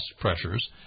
pressures